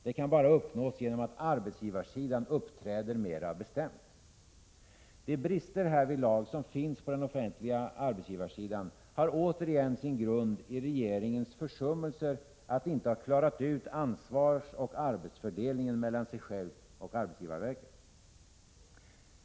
Det kan uppnås bara genom att arbetsgivarsidan uppträder mera bestämt. De brister härvidlag som finns på den offentliga arbetsgivarsidan har återigen sin grund i regeringens försummelser att inte ha klarat ut ansvarsoch arbetsfördelningen mellan sig själv och arbetsgivarverket.